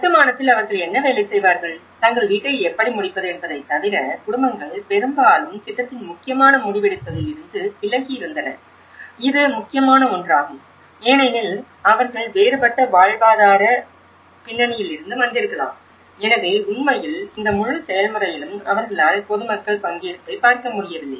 கட்டுமானத்தில் அவர்கள் என்ன வேலை செய்வார்கள் தங்கள் வீட்டை எப்படி முடிப்பது என்பதைத் தவிர குடும்பங்கள் பெரும்பாலும் திட்டத்தின் முக்கியமான முடிவெடுப்பதில் இருந்து விலகி இருந்தன இது முக்கியமான ஒன்றாகும் ஏனென்றால் அவர்கள் வேறுபட்ட வாழ்வாதார பின்னணியில் இருந்து வந்திருக்கலாம் எனவே உண்மையில் இந்த முழு செயல்முறையிலும் அவர்களால் பொதுமக்கள் பங்கேற்பைப் பார்க்க முடியவில்லை